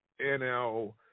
NL